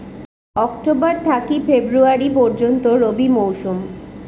October থাকি February পর্যন্ত রবি মৌসুম